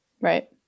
right